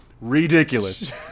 ridiculous